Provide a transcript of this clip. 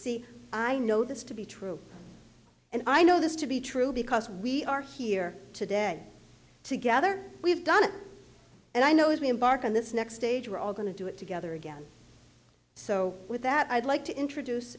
see i know this to be true and i know this to be true because we are here today together we've done it and i know as we embark on this next stage we're all going to do it together again so with that i'd like to introduce